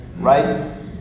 right